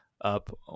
up